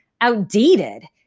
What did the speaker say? outdated